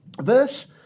verse